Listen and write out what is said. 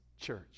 church